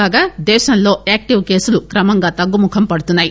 కాగా దేశంలో యాక్టీవ్ కేసులు క్రమంగా తగ్గుముఖం పడుతున్నాయి